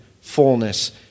fullness